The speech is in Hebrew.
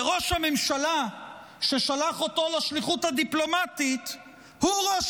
וראש הממשלה ששלח אותו לשליחות הדיפלומטית הוא ראש